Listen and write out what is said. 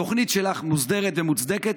התוכנית שלך מוסדרת ומוצדקת.